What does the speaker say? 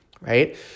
right